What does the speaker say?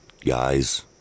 Guys